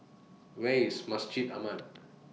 Where IS Masjid Ahmad